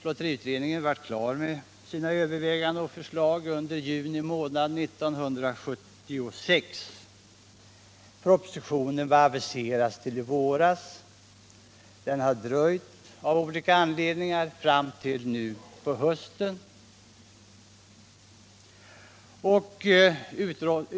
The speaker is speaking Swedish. Lotteriutredningen blev klar med sina överväganden och förslag under juni månad 1976. Propositionen var aviserad till i våras — den har dröjt, av olika anledning, fram till nu på hösten.